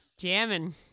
jamming